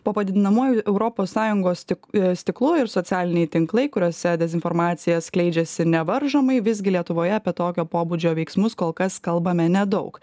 po padidinamuoju europos sąjungos stik stiklu ir socialiniai tinklai kuriuose dezinformacija skleidžiasi nevaržomai visgi lietuvoje apie tokio pobūdžio veiksmus kol kas kalbame nedaug